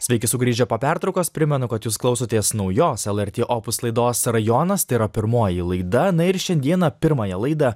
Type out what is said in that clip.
sveiki sugrįžę po pertraukos primenu kad jūs klausotės naujos lrt opus laidos rajonas tai yra pirmoji laida na ir šiandieną pirmąją laidą